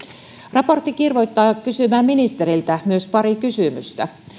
raportti kirvoittaa kysymään ministeriltä myös pari kysymystä